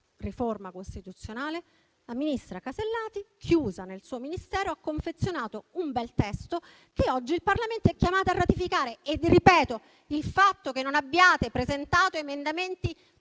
riforma costituzionale? La ministra Casellati, chiusa nel suo Ministero, ha confezionato un bel testo, che oggi il Parlamento è chiamato a ratificare. Ve lo ripeto: il fatto che non abbiate presentato emendamenti